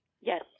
Yes